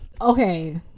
Okay